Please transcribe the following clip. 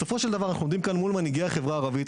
בסוף אנחנו עומדים כאן מול מנהיגי החברה הערבית,